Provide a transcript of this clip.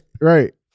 Right